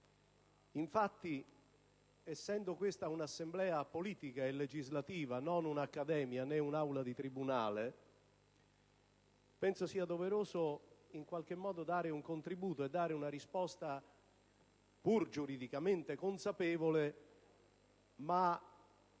Infatti, essendo questa un'Assemblea politica e legislativa, non un'accademia né un'aula di tribunale, penso sia doveroso dare un contributo e una risposta, pur giuridicamente consapevole, di